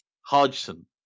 Hodgson